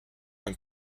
and